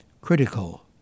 critical